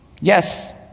Yes